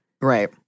Right